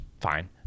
fine